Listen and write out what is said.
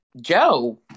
joe